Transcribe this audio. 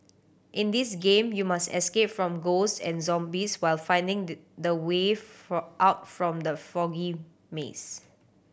in this game you must escape from ghosts and zombies while finding the the way for out from the foggy maze